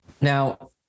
now